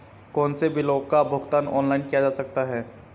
कौनसे बिलों का भुगतान ऑनलाइन किया जा सकता है?